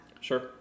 Sure